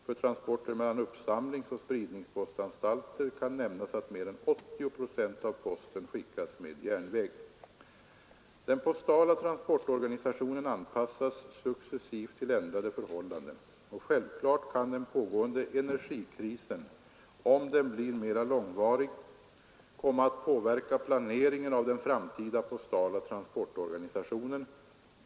För transporter mellan uppsamlingsoch spridningspostanstalter kan nämnas att mer än 80 procent av posten skickas med järnväg. Den postala transportorganisationen anpassas successivt till ändrade förhållanden, och självklart kan den pågående energikrisen — om den blir mera långvarig — komma att påverka planeringen av den framtida postala transportorganisationen.